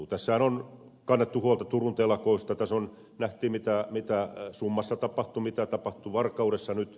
tässähän on kannettu huolta turun telakoista tässä nähtiin mitä summassa tapahtui mitä tapahtui varkaudessa nyt